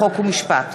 חוק ומשפט,